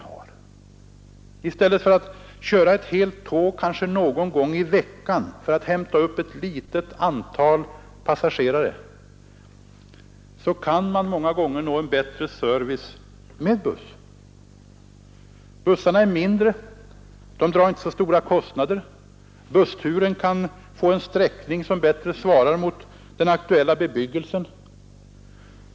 Om ett litet antal passagerare skall hämtas upp, kan man många gånger ge en bättre service om man använder bussar än om man kör ett helt tåg kanske någon gång i veckan. Bussarna är mindre, drar inte så stora kostnader och bussturen kan få en sträckning som bättre svarar mot den aktuella bebyggelsen.